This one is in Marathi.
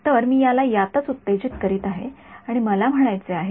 तर मी याला यातच उत्तेजित करत आहे आणि मला म्हणायचे आहे